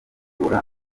kugora